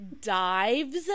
dives